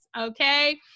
okay